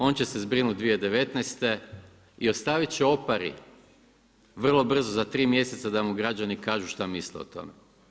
On će se zbrinut 2019. i ostavit će Opari vrlo brzo za tri mjeseca da mu građani kažu šta misle o tome.